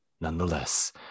nonetheless